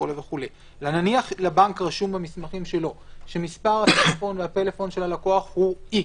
אלא נניח רשום לבנק במסמכיו שמספר הטלפון של הלקוח הוא "איקס"